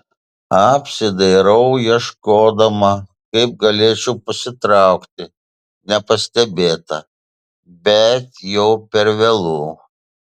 apsidairau ieškodama kaip galėčiau pasitraukti nepastebėta bet jau per vėlu